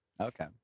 Okay